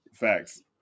facts